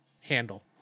handle